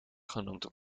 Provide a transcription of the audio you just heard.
genoemd